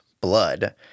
blood